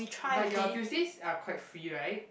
but your Tuesdays are quite free right